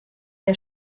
der